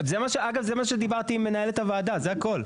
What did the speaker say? אגב, זה מה שדיברתי עם מנהלת הוועדה, זה הכול.